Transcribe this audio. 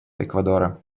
эквадора